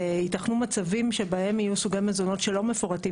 יתכנו מצבים שבהם יהיו סוגי מזונות שלא מפורטים